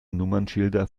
nummernschilder